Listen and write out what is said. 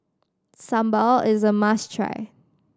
Sambal is a must try